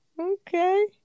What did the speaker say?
okay